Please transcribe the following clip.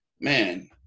man